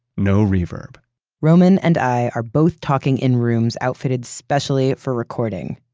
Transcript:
no reverb roman and i are both talking in rooms outfitted specially for recording,